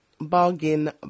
bargain